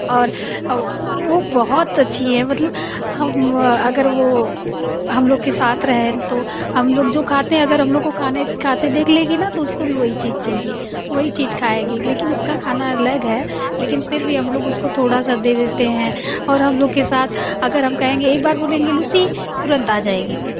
और वो बहुत अच्छी है मतल हम अगर वो हम लोग के साथ रहे तो हम लोग जो खाते हैं अगर हम लोग को खाने खाते देख लेगी न तो उसको भी वही चीज़ चाहिए वही चीज़ खाएगी लेकिन उसका खाना अलग है लेकिन फिर भी हम लोग उसको थोड़ा सा दे देते हैं और हम लोग के साथ अगर हम कहेंगे एक बार बोलेंग लूसी तुरंत आ जाती है